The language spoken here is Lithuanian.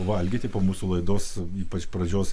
valgyti po mūsų laidos ypač pradžios